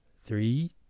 three